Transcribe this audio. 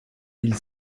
mille